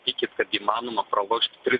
tikit kad įmanoma pralošt tris